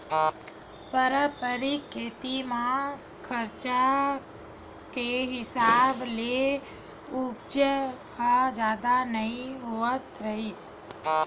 पारंपरिक खेती म खरचा के हिसाब ले उपज ह जादा नइ होवत रिहिस